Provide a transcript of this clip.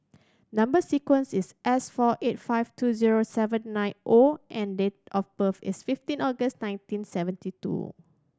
number sequence is S four eight five two zero seven nine O and date of birth is fifteen August nineteen seventy two